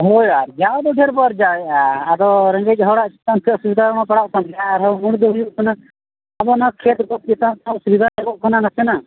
ᱦᱳᱭ ᱟᱨᱡᱟᱣ ᱫᱚ ᱰᱷᱮ ᱨ ᱵᱚ ᱟᱨᱡᱟᱣᱮᱜᱼᱟ ᱟᱫᱚ ᱨᱮᱸᱜᱮᱡ ᱦᱚᱲᱟᱜ ᱪᱮᱛᱟᱱ ᱥᱮᱫ ᱚᱥᱩᱵᱤᱫᱟᱢᱟ ᱯᱟᱲᱟᱜ ᱠᱟᱱ ᱜᱮᱭᱟ ᱟᱨ ᱦᱚᱸ ᱢᱩᱞ ᱫᱚ ᱦᱩᱭᱩᱜ ᱠᱟᱱᱟ ᱟᱫᱚ ᱚᱱᱟ ᱠᱷᱮᱛ ᱵᱟᱹᱫᱽ ᱮᱛᱟᱱ ᱨᱮᱜᱮ ᱚᱥᱩᱵᱤᱫᱟ ᱧᱚᱜᱚᱜ ᱠᱟᱱᱟ ᱱᱟᱥᱮ ᱱᱟᱜ